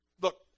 look